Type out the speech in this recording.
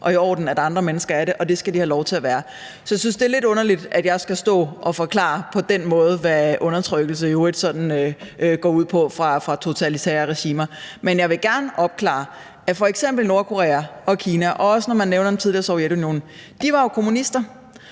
og i orden, at andre mennesker er det, og det skal de have lov til at være. Så jeg synes, det er lidt underligt, at jeg skal stå og forklare på den måde, hvad undertrykkelse fra totalitære regimer i øvrigt sådan går ud på. Men jeg vil gerne opklarende sige, at f.eks. Nordkorea og Kina og også det tidligere Sovjetunionen – når man nu nævner